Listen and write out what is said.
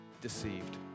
deceived